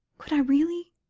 could i really,